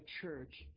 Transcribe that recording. church